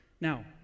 Now